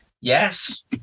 yes